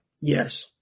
Yes